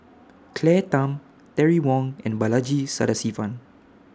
Claire Tham Terry Wong and Balaji Sadasivan